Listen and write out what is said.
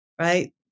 right